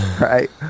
Right